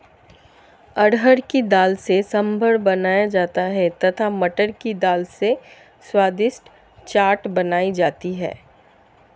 अरहर की दाल से सांभर बनाया जाता है तथा मटर की दाल से स्वादिष्ट चाट बनाई जाती है